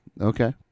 Okay